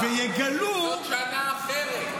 זאת שנה אחרת.